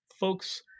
folks